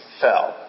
fell